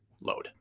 load